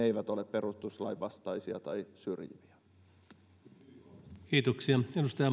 eivät ole perustuslain vastaisia tai syrjiviä